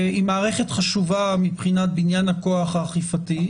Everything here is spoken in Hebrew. היא מערכת חשובה מבחינת בניין הכוח האכיפתי,